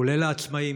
כולל העצמאים,